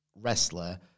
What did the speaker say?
wrestler